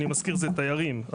אני מזכיר אלו תיירים,